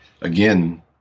again